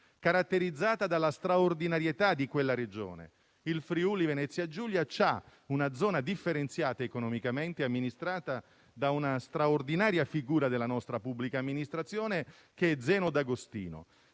caratterizzata dalla straordinarietà di una Regione. Il Friuli-Venezia Giulia ha una zona differenziata economicamente, amministrata da una figura di primo piano della nostra pubblica amministrazione, che è Zeno D'Agostino.